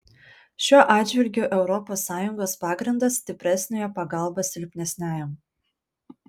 šiuo atžvilgiu europos sąjungos pagrindas stipresniojo pagalba silpnesniajam